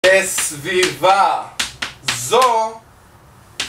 בסביבה זו